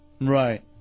Right